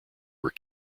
were